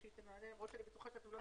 בסיפור.